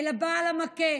אל הבעל המכה,